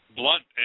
blunt